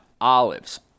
olives